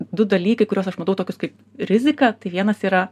du dalykai kuriuos aš matau tokius kaip riziką tai vienas yra